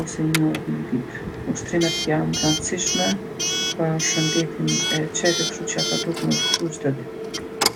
ose nji orë në ditë. Ushtrimet janë t'randsishme për shëndetin e qejve, kshtu që ata duhet me ushtru çdo ditë.